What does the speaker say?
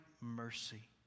mercy